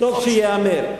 טוב שייאמר.